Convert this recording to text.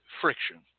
friction